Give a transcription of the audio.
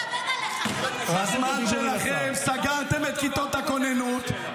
התפקיד גדול עליך --- בזמן שלכם סגרתם את כיתות הכוננות,